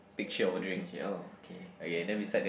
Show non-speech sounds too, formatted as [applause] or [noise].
peach oh okay [noise] that's one